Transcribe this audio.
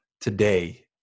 today